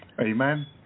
Amen